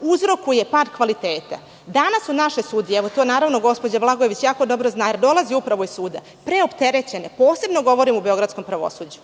uzrokuje pad kvaliteta. Danas su naše sudije, to gospođa Blagojević jako dobro zna, jer dolazi upravo iz suda, preopterećene, posebno govorim u beogradskom pravosuđu.